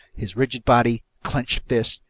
his rigid body, clenched fists,